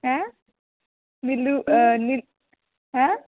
ऐं नीलू नीलू ऐं